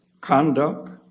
conduct